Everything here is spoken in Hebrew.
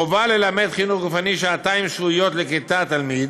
חובה ללמד חינוך גופני שעתיים שבועיות לכיתה/ תלמיד.